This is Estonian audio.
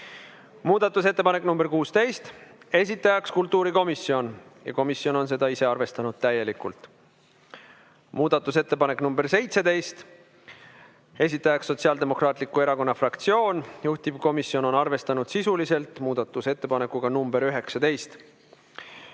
Muudatusettepanek nr 16, esitajaks kultuurikomisjon ja komisjon on seda ise arvestanud täielikult. Muudatusettepanek nr 17, esitajaks Sotsiaaldemokraatliku Erakonna fraktsioon, juhtivkomisjon on arvestanud sisuliselt muudatusettepanekuga nr 19.